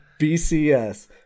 BCS